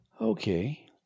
Okay